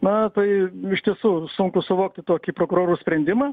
na tai iš tiesų sunku suvokti tokį prokurorų sprendimą